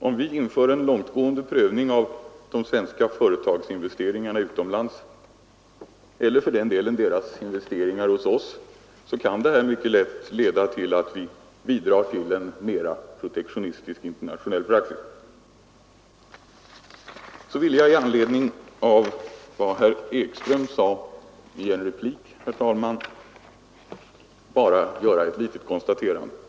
Om vi inför en långtgående prövning av de svenska företagsinvesteringarna utomlands, eller för den delen utländska företags investeringar hos oss, så kan det mycket lätt leda till att vi bidrar till en mera protektionistisk internationell praxis. Så vill jag med anledning av vad herr Ekström sade i en replik bara göra ett litet konstaterande.